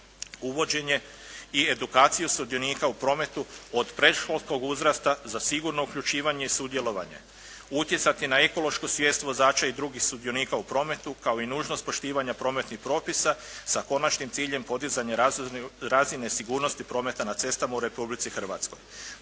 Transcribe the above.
Uvođenje i edukaciju sudionika u prometu od predškolskog uzrasta za sigurno uključivanje i sudjelovanje. Utjecati na ekološku svijest vozača i drugih sudionika u prometu kao i nužnost poštivanja prometnih propisa sa konačnim ciljem podizanja razine sigurnosti prometa na cestama u Republici Hrvatskoj.